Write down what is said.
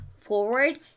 forward